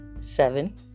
seven